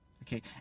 Okay